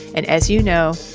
and as you know,